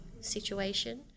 Situation